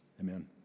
Amen